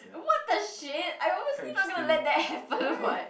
what the shit I'm obviously not gonna let that happen [what]